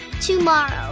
tomorrow